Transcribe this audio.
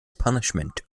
punishment